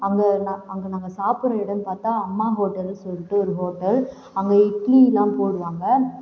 அங்கே ஒரு நாள் அங்கே நாங்கள் சாப்பிட்ற இடம் பார்த்தால் அம்மா ஹோட்டல் சொல்லிட்டு ஒரு ஹோட்டல் அங்கே இட்லி தான் போடுவாங்க